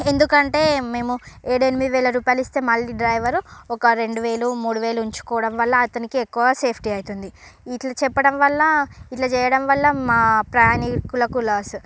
ఎందుకంటే మేము ఏడెనిమిది వేల రూపాయలు ఇస్తే మళ్ళీ డ్రైవరు ఒక రెండు వేలు మూడు వేలు ఉంచుకోవడం వల్ల అతనికి ఎక్కువ సేఫ్టీ అవుతుంది ఇట్ల చెప్పడం వల్ల ఇట్ల చేయడం వల్ల మా ప్రయాణికులకు లాస్